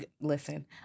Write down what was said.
Listen